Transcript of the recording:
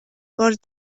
cost